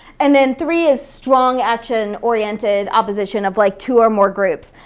and then three is strong action-oriented opposition of like two or more groups.